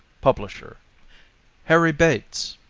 publisher harry bates,